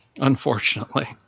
unfortunately